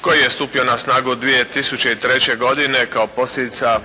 koji je stupio na snagu 2003. godine kao posljedica